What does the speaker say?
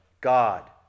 God